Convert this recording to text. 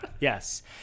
Yes